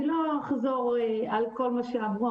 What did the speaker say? אני לא אחזור על כל מה שאמרו.